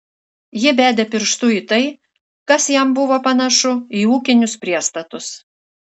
ji bedė pirštu į tai kas jam buvo panašu į ūkinius priestatus